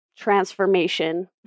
Transformation